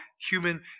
Human